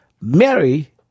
Mary